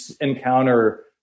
encounter